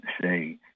say